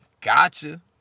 Gotcha